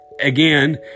again